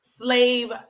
slave